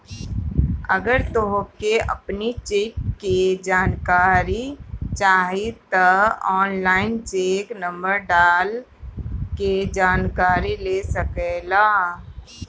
अगर तोहके अपनी चेक के जानकारी चाही तअ ऑनलाइन चेक नंबर डाल के जानकरी ले सकेला